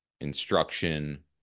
instruction